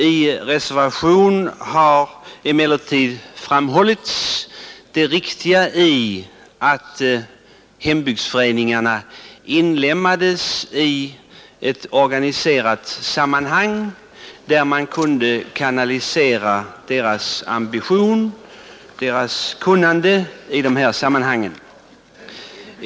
I reservation har emellertid framhållits det riktiga i att hembygdsföreningarna inlemmades i ett organisatoriskt sammanhang, där man kunde kanalisera deras ambition och kunnande i dessa frågor.